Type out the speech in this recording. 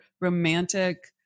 romantic